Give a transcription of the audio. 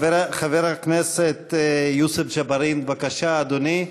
חבר הכנסת יוסף ג'בארין, בבקשה, אדוני,